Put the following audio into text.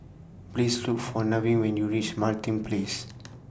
Please Look For Nevin when YOU REACH Martin Place